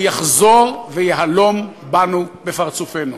הוא יחזור ויהלום בנו בפרצופנו.